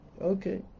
Okay